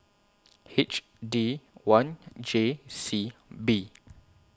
H D one J C B